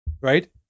right